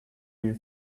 you